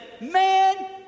Man